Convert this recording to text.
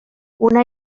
una